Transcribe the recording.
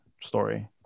Story